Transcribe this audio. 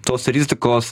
tos rizikos